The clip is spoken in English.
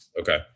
Okay